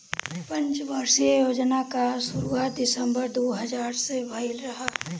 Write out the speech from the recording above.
पंचवर्षीय योजना कअ शुरुआत दिसंबर दू हज़ार में भइल रहे